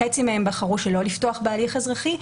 וחצי מהם בחרו לא לפתוח בהליך אזרחי.